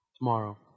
tomorrow